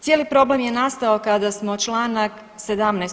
Cijeli problem je nastao kada smo čl. 17.